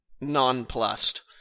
nonplussed